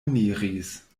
eniris